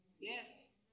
Yes